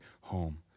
home